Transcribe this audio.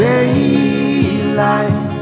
Daylight